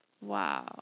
Wow